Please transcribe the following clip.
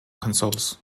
consoles